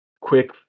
quick